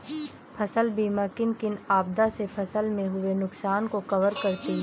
फसल बीमा किन किन आपदा से फसल में हुए नुकसान को कवर करती है